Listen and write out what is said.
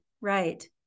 Right